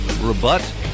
rebut